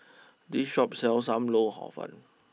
this Shop sells Sam Lau Hor fun